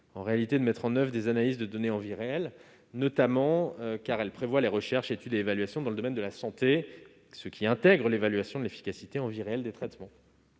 déjà de mettre en oeuvre des analyses de données en vie réelle, car elles prévoient les recherches, études et évaluations dans le domaine de la santé, ce qui intègre l'évaluation de l'efficacité en vie réelle des traitements.